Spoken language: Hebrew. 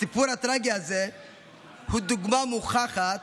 הסיפור הטרגי הזה הוא דוגמה מוכחת